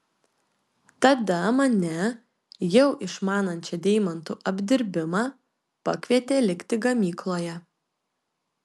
tada mane jau išmanančią deimantų apdirbimą pakvietė likti gamykloje